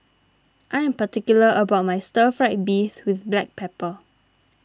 I am particular about my Stir Fried Beef with Black Pepper